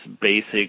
basic